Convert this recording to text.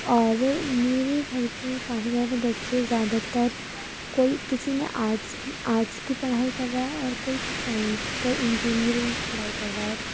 اور میرے گھر کے کافی سارے بچے زیادہ تر کوئی کسی نے آرٹس آرٹس کی پڑھائی کر رہا ہے اور کوئی سائنس کوئی انجینئرنگ كی پڑھائی کر رہا ہے